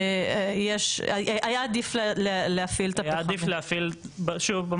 היה עדיף להפעיל את הפחמיות?